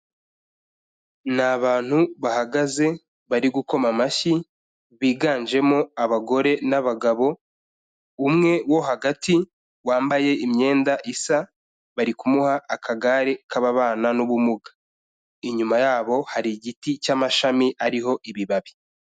N'abantu bahagaze bari gukoma amashyi biganjemo abagore n'abagabo umwe wo hagati wambaye imyenda isa bari kumuha akagare k'ababana n'ubumuga inyuma yabo hari igiti cy'amashami ariho ibibabi.